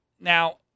Now